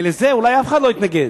כי לזה אולי אף אחד לא יתנגד.